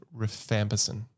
rifampicin